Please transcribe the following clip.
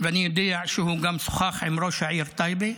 ואני יודע שהוא גם שוחח עם ראש עיריית טייבה.